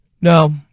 No